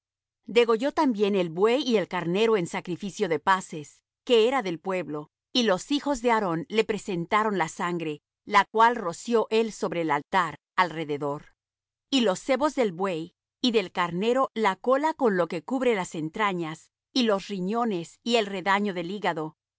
degolló también el buey y el carnero en sacrificio de paces que era del pueblo y los hijos de aarón le presentaron la sangre la cual roció él sobre el altar alrededor y los sebos del buey y del carnero la cola con lo que cubre las entrañas y los riñones y el redaño del hígado